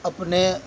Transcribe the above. اپنے